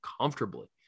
comfortably